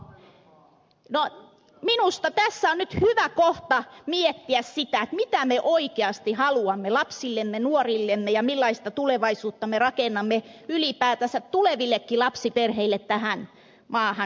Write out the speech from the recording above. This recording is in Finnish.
minusta tässä on nyt hyvä kohta miettiä sitä mitä me oikeasti haluamme lapsillemme nuorillemme ja millaista tulevaisuutta me rakennamme ylipäätänsä tulevillekin lapsiperheille tähän maahan